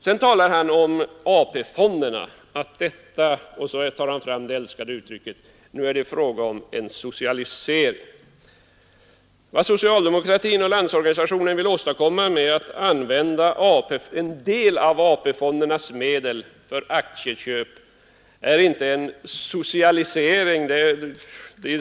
Sedan talar herr Wirtén om AP-fonderna, och så tar han fram det älskade uttrycket att nu är det fråga om en socialisering. Vad socialdemokratin och Landsorganisationen vill åstadkomma är att använda en del av AP-fondernas medel till aktieköp, och det är inte en socialisering.